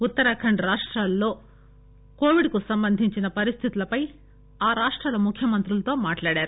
ఉత్తరాఖండ్ రాష్టాల్లో కోవిడ్ కు సంబంధించిన పరిస్థితులపై ఆ రాష్టాల ముఖ్యమంత్రులతో మాట్లాడారు